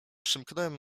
przymknąłem